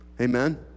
Amen